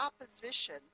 opposition